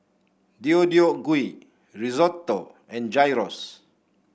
Deodeok Gui Risotto and Gyros